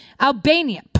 Albania